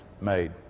made